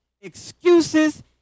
excuses